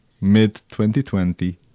mid-2020